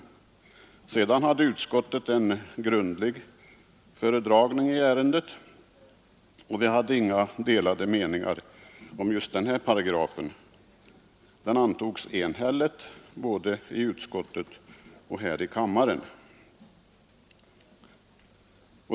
Sedan hade utskottet en grundlig föredragning i ärendet, och det rådde inga delade meningar om just den här paragrafen. Den antogs enhälligt både i utskottet och här i kammaren.